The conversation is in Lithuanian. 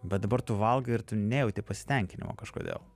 bet dabar tu valgai ir tu nejauti pasitenkinimo kažkodėl